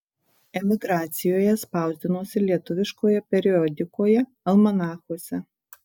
emigracijoje spausdinosi lietuviškoje periodikoje almanachuose